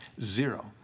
Zero